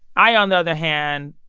i, on the other hand,